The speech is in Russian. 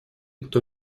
кто